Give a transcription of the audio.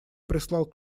прислал